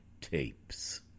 Tapes